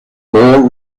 more